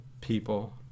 people